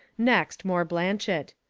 next, more blanchet.